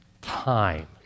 time